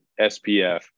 SPF